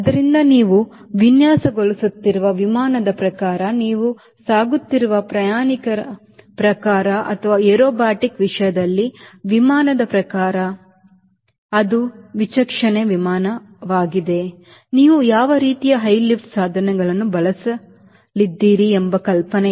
ಆದ್ದರಿಂದ ನೀವು ವಿನ್ಯಾಸಗೊಳಿಸುತ್ತಿರುವ ವಿಮಾನದ ಪ್ರಕಾರ ನೀವು ಸಾಗಿಸುತ್ತಿರುವ ಪ್ರಯಾಣಿಕರ ಪ್ರಕಾರ ಅಥವಾ ಏರೋಬ್ಯಾಟಿಕ್ ವಿಷಯದಲ್ಲಿ ವಿಮಾನದ ಪ್ರಕಾರ ಅಥವಾ ಅದು ವಿಚಕ್ಷಣ ವಿಮಾನವಾಗಿದೆ ನೀವು ಯಾವ ರೀತಿಯ ಹೈ ಲಿಫ್ಟ್ ಸಾಧನಗಳನ್ನು ಬಳಸಲಿದ್ದೀರಿ ಎಂಬ ಕಲ್ಪನೆ ಇದೆ